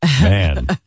man